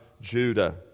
Judah